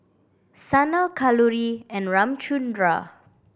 Sanal Kalluri and Ramchundra